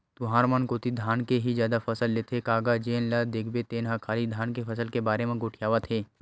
तुंहर मन कोती धान के ही जादा फसल लेथे का गा जेन ल देखबे तेन ह खाली धान के फसल के बारे म गोठियावत हे?